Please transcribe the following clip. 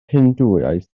hindŵaeth